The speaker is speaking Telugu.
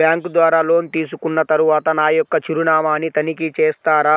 బ్యాంకు ద్వారా లోన్ తీసుకున్న తరువాత నా యొక్క చిరునామాని తనిఖీ చేస్తారా?